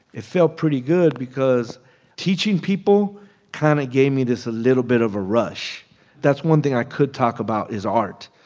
it felt pretty good because teaching people kind of gave me this little bit of a rush that's one thing i could talk about is art.